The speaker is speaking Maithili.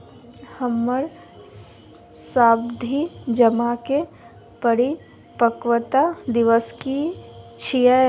हमर सावधि जमा के परिपक्वता दिवस की छियै?